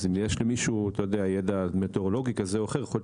אז אם יש למישהו ידע מטאורולוגי כזה או אחר יכול להיות